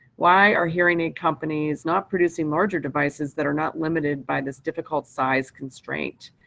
why are hearing aid companies not producing larger devices that are not limited by this difficult size constraint?